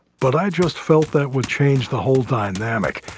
but i just felt that would change the whole dynamic.